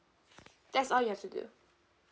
that's all you have to do